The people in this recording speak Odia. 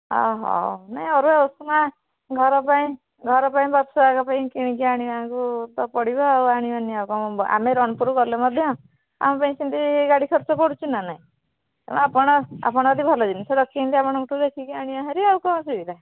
ହଉ ନା ଅରୁଆ ଉଷୁନା ଘର ପାଇଁ ଘର ପାଇଁ ବର୍ଷ ଯାକ ପାଇଁ କିଣିକି ଆଣିବାକୁ ତ ପଡ଼ିବ ଆଉ ଆଣିବନି କ'ଣ ଆମେ ରଣପୁର ଗଲେ ମଧ୍ୟ ଆମ ପାଇଁ ସେମିତି ଗାଡ଼ି ଖର୍ଚ୍ଚ ପଡୁଛି ନା ନାଇଁ ଆପଣ ଆପଣ ଯଦି ଭଲ ଜିନିଷ ରଖିଛନ୍ତି ଆପଣଙ୍କୁ ଦେଖିକି ଆଣିବା ହେରି ଆଉ କ'ଣ ଅସୁବିଧା